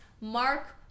Mark